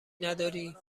نداری